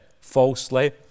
falsely